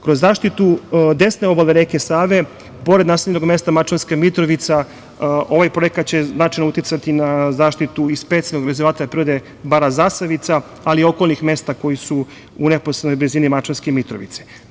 Kroz zaštitu desne obale reke Save pored naseljenog mesta Mačvanska Mitrovica ovaj projekat će značajno uticati na zaštitu i specijalnog rezervata prirode bara „Zasavica“, ali i okolnih mesta koja su u neposrednoj blizini Mačvanske Mitrovice.